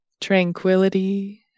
Tranquility